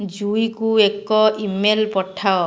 ଜୁଇକୁ ଏକ ଇମେଲ୍ ପଠାଅ